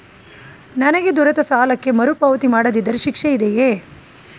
ನನಗೆ ದೊರೆತ ಸಾಲಕ್ಕೆ ಮರುಪಾವತಿ ಮಾಡದಿದ್ದರೆ ಶಿಕ್ಷೆ ಇದೆಯೇ?